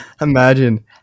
Imagine